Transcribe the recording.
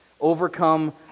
Overcome